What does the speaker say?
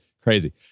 Crazy